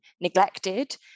neglected